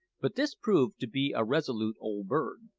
but this proved to be a resolute old bird.